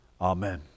Amen